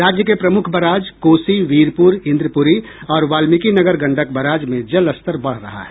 राज्य के प्रमुख बराज कोसी वीरपुर इन्द्रपुरी और वाल्मीकिनगर गंडक बराज में जलस्तर बढ़ रहा है